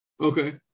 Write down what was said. Okay